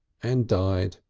and died,